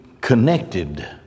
connected